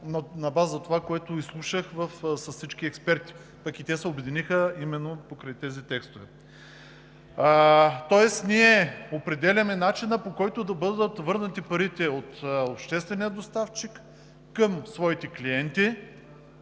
на база това, което изслушах от всички експерти, а и те се обединиха именно покрай тези текстове. Тоест ние определяме начина, по който да бъдат върнати парите от обществения доставчик към своите клиенти